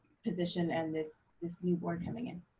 position and this this new board coming in.